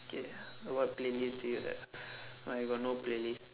okay what playlist do you have I got no playlist